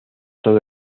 todo